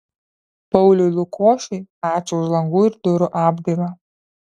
pauliui lukošiui ačiū už langų ir durų apdailą